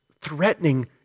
threatening